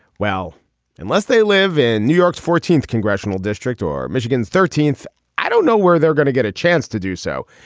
well unless they live in new york's fourteenth congressional district or michigan's thirteenth i don't know where they're gonna get a chance to do so.